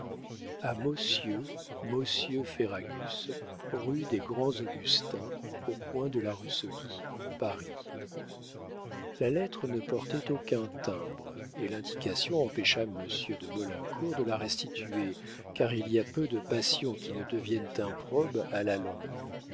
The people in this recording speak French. mosieur ferragusse rue des grans augustains au coing de la rue soly paris la lettre ne portait aucun timbre et l'indication empêcha monsieur de maulincour de la restituer car il y a peu de passions qui ne deviennent improbes à la longue